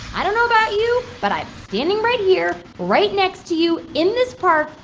i don't know about you, but i'm standing right here, right next to you in this park,